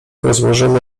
rozłożymy